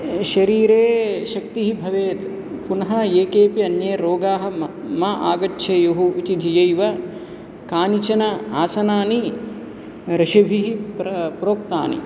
शरीरे शक्तिः भवेत् पुनः ये केऽपि अन्ये रोगाः म् मा आगच्छेयुः इति धियैव कानिचन आसनानि ऋषिभिः प्र प्रोक्तानि